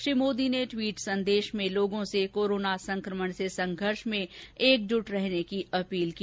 श्री मोदी ने ट्वीट संदेश में लोगों से कोरोना संक्रमण से संघर्ष में एकजुट रहने की अपील की